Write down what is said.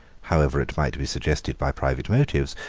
however it might be suggested by private motives,